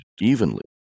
evenly